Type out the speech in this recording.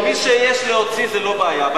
למי שיש להוציא זו לא בעיה.